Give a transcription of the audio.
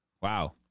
Wow